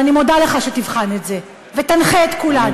ואני מודה לך על כך שאתה תבחן את זה ותנחה את כולנו,